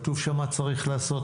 כתוב שם מה צריך לעשות,